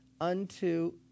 unto